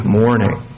morning